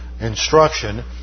instruction